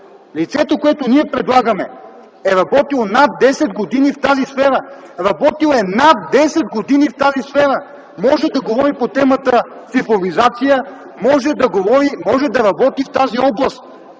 Лицето, което ние предлагаме, е работило над 10 години в тази сфера. Работил е над 10 години в тази сфера! Може да говори по темата „цифровизация”, може да говори и да работи в тази област.